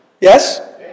Yes